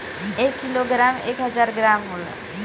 एक किलोग्राम में एक हजार ग्राम होला